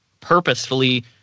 purposefully